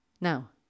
Now